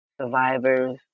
survivors